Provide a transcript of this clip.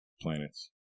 planets